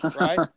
Right